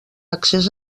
accés